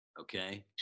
Okay